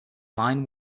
line